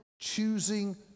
choosing